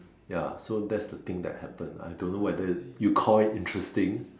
ya so that's the thing that happened I don't know whether you call it interesting